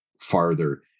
farther